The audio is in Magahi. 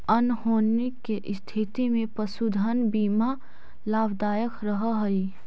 अनहोनी के स्थिति में पशुधन बीमा लाभदायक रह हई